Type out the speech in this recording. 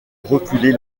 reculer